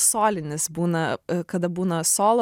solinis būna kada būna solo